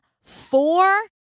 four